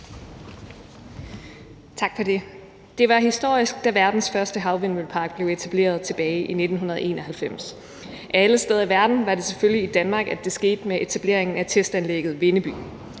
Tak for det. Det var historisk, da verdens største havmøllepark blev etableret tilbage i 1991. Af alle steder i verden var det selvfølgelig i Danmark, det skete med etableringen af testanlægget Vindeby.